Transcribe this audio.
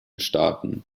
staaten